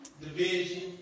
Division